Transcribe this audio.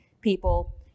people